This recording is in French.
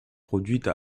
produite